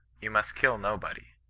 you must kill nobody.